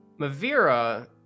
Mavira